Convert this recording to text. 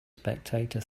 spectator